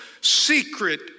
secret